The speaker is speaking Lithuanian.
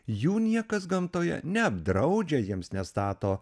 jų niekas gamtoje neapdraudžia jiems nestato